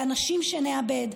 באנשים שנאבד,